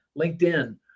LinkedIn